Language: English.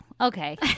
Okay